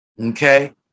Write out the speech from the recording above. okay